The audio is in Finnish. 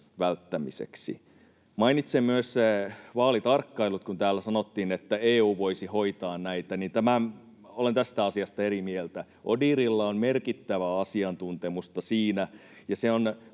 välttämiseksi. Mainitsen myös vaalitarkkailut, kun täällä sanottiin, että EU voisi hoitaa näitä. Olen tästä asiasta eri mieltä. ODIHRilla on merkittävää asiantuntemusta siinä,